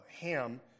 ham